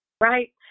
right